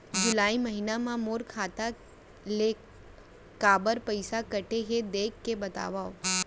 जुलाई महीना मा मोर खाता ले काबर पइसा कटे हे, देख के बतावव?